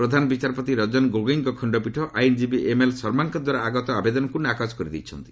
ପ୍ରଧାନବିଚାରପତି ରଞ୍ଜନ ଗୋଗୋଇଙ୍କ ଖଣ୍ଡପୀଠ ଆଇନଜୀବୀ ଏମ୍ଏଲ୍ ଶର୍ମାଙ୍କ ଦ୍ୱାରା ଆଗତ ଆବେଦନକୁ ନାକଚ କରିଦେଇଛନ୍ତି